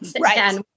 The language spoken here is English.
Right